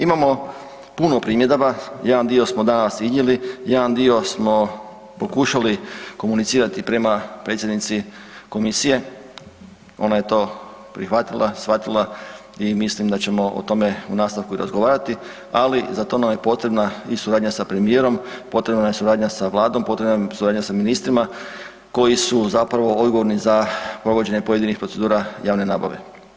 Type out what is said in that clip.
Imamo puno primjedaba, jedan dio smo danas vidjeli, jedan dio smo pokušali komunicirati prema predsjednici komisije, ona je to prihvatila, shvatila i mislim da ćemo o tome u nastavku i razgovarati, ali za to nam je potrebna i suradnja sa premijerom, potrebna je suradnja sa Vladom, potrebna je suradnja sa ministrima koji su zapravo odgovorni za provođenje pojedinih procedura javne nabave.